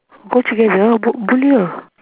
go together b~ boleh ah